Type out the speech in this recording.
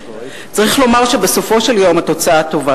צריך לומר שבסופו של דבר התוצאה טובה,